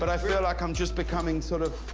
but i feel like i'm just becoming. sort of